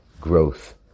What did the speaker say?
growth